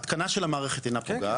צריך לוודא שההתקנה של המערכת אינה פוגעת,